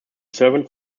servant